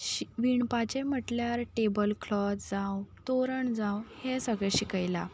शिं विणपाचें म्हटल्यार table cloth जावं तोरण जावं हें सगळें शिकयलां